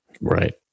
Right